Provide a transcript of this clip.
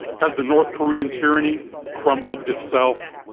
has the north korean tyranny crumbled itself?